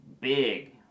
big